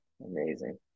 Amazing